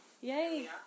Yay